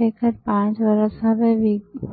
તરીકે કામ કરે છે